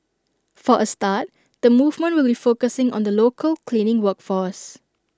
for A start the movement will focusing on the local cleaning work force